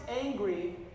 angry